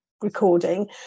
recording